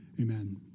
Amen